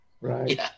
Right